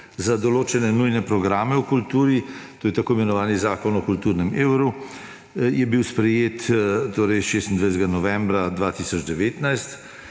za določene nujne programe Republike Slovenije v kulturi, to je tako imenovani zakon o kulturnem evru, je bil sprejet 26. novembra 2019.